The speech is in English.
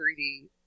3D